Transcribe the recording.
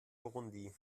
burundi